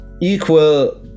equal